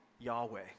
Yahweh